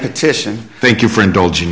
petition thank you for indulging